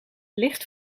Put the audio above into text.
licht